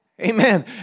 Amen